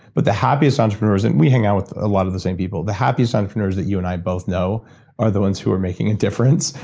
but the happiest entrepreneurs. and we hang out with a lot of the same people. but the happiest entrepreneurs that you and i both know are the ones who are making a difference,